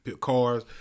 cars